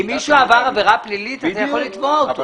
אם מישהו עבר עבירה פלילית, אתה יכול לתבוע אותו.